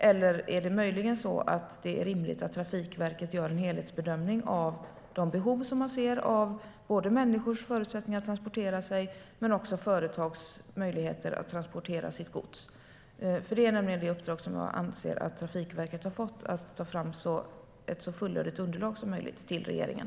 Eller är det möjligen så att det är rimligt att Trafikverket gör en helhetsbedömning av de behov som man ser av både människors förutsättningar att transportera sig och företags möjligheter att transportera sitt gods? Det är nämligen det uppdrag som jag anser att Trafikverket har fått: att ta fram ett så fullödigt underlag som möjligt till regeringen.